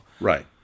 right